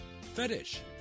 Fetish